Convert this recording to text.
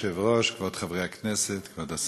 כבוד היושב-ראש, כבוד חברי הכנסת, כבוד השר,